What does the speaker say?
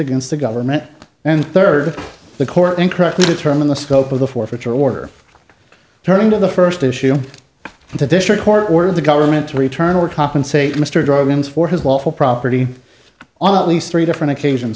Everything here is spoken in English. against the government and third the court incorrectly determine the scope of the forfeiture order turning to the first issue and the district court ordered the government to return or compensate mr dragons for his lawful property on at least three different occasions